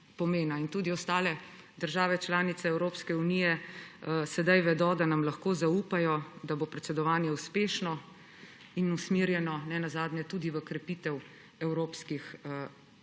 Tudi ostale države članice Evropske unije sedaj vedo, da nam lahko zaupajo, da bo predsedovanje uspešno in usmerjeno ne nazadnje tudi v krepitev evropskih vrednot.